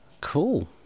cool